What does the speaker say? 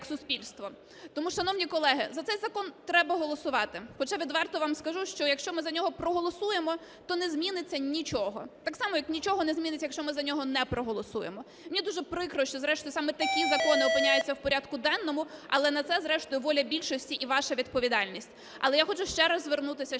як суспільство. Тому, шановні колеги, за цей закон треба голосувати. Хоча відверто вам скажу, що якщо ми за нього проголосуємо, то не зміниться нічого, так само як нічого не зміниться, якщо ми за нього не проголосуємо. Мені дуже прикро, що зрештою саме такі закони опиняються в порядку денному, але на це зрештою воля більшості і ваша відповідальність. Але я хочу ще раз звернутися